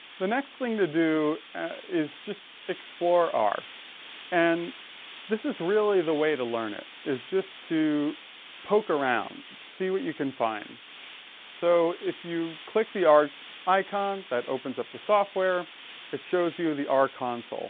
the next thing to do at is just explore our and this is really the way to learn it is just too poke around see what you can find so if you click the art icons that opens up the software it shows you the are consul